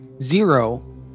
Zero